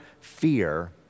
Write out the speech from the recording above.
fear